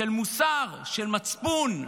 של מוסר, של מצפון,